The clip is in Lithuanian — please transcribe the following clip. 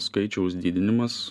skaičiaus didinimas